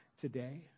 today